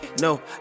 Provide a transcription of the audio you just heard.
No